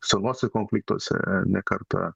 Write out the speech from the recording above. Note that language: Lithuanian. senuose konfliktuose ne kartą